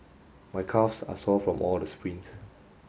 my calves are sore from all the sprints